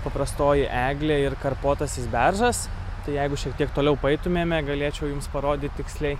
paprastoji eglė ir kampuotasis beržas tai jeigu šiek tiek toliau paeitumėme galėčiau jums parodyt tiksliai